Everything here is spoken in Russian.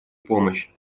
помощь